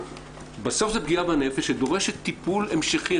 בסוף זה פגיעה בנפש שדורשת טיפול המשכי.